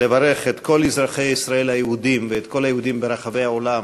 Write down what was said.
לברך את כל אזרחי ישראל היהודים ואת כל היהודים ברחבי העולם